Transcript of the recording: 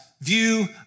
view